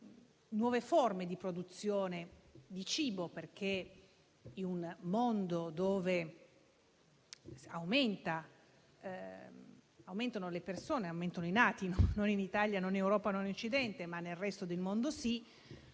nuove forme di produzione di cibo, perché in un mondo in cui aumentano le persone e aumentano i nuovi nati - non in Italia, non in Europa, non in Occidente, ma nel resto del mondo sì